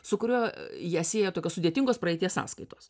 su kuriuo ją sieja tokios sudėtingos praeities sąskaitos